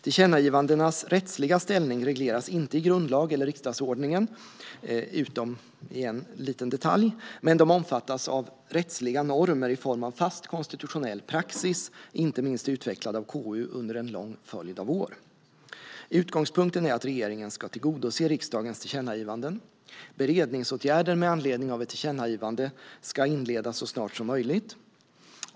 Tillkännagivandenas rättsliga ställning regleras inte i grundlag eller i riksdagsordningen, utom i en liten detalj, men de omfattas av rättsliga normer i form av fast konstitutionell praxis, inte minst utvecklad av KU under en lång följd av år. Utgångspunkten är att regeringen ska tillgodose riksdagens tillkännagivanden. Beredningsåtgärder med anledning av ett tillkännagivande ska inledas så snart som möjligt.